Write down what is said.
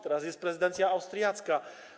Teraz jest prezydencja austriacka.